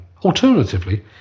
Alternatively